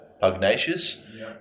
Pugnacious